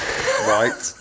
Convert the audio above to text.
Right